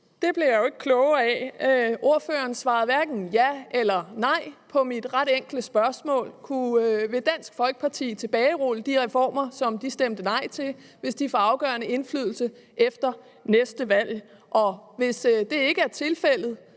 Det bliver jeg jo ikke klogere af. Ordføreren svarede hverken ja eller nej på mit ret enkle spørgsmål: Vil Dansk Folkeparti tilbagerulle de reformer, som de stemte nej til, hvis de får afgørende indflydelse efter næste valg? Og hvis det ikke er tilfældet,